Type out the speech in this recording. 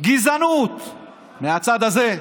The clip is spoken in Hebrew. גזענות מהצד הזה.